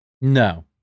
No